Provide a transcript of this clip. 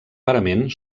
parament